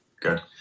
good